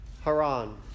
Haran